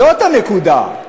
זאת הנקודה.